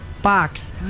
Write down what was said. box